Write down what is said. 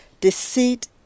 deceit